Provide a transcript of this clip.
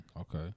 Okay